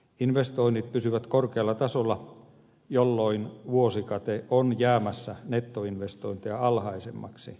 investoinnit pysyvät korkealla tasolla jolloin vuosikate on jäämässä nettoinvestointeja alhaisemmaksi